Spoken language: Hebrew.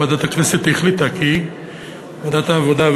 ועדת הכנסת החליטה כי ועדת העבודה,